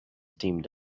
teamed